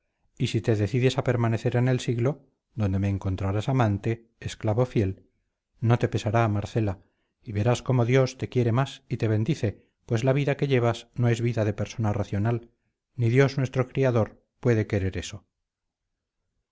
y si te decides a permanecer en el siglo donde me encontrarás amante esclavo fiel no te pesará marcela y verás cómo dios te quiere más y te bendice pues la vida que llevas no es vida de persona racional ni dios nuestro criador puede querer eso